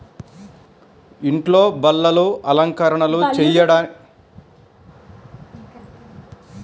ఇంట్లో బల్లలు, అలంకరణలు చెయ్యడానికి వేరే రకం ప్లైవుడ్ నే వాడతారంట